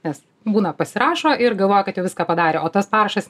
nes būna pasirašo ir galvoja kad jau viską padarė o tas parašas